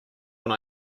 when